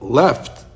left